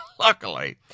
Luckily